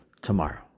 tomorrow